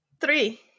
Three